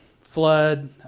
Flood